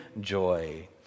joy